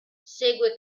segue